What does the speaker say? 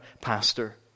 pastor